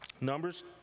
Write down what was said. Numbers